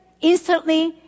instantly